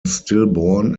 stillborn